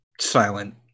silent